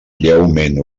lleument